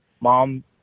mom